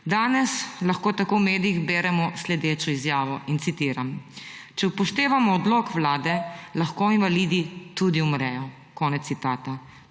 Danes lahko tako v medijih beremo sledečo izjavo, citiram: »Če upoštevamo odlok vlade, lahko invalidi tudi umrejo.« To je seveda